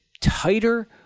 tighter